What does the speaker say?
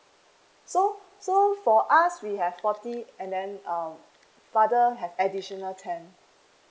so so for us we have forty and then um father have additional ten